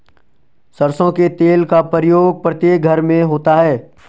सरसों के तेल का प्रयोग प्रत्येक घर में होता है